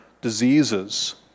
diseases